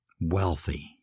Wealthy